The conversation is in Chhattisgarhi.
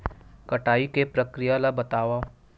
कटाई के प्रक्रिया ला बतावव?